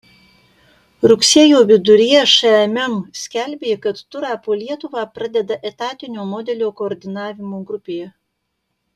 rugsėjo viduryje šmm skelbė kad turą po lietuvą pradeda etatinio modelio koordinavimo grupė